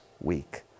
week